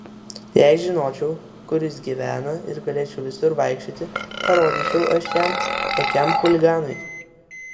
jei žinočiau kur jis gyvena ir galėčiau visur vaikščioti parodyčiau aš jam tokiam chuliganui